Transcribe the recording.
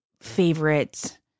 favorite